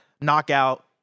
knockout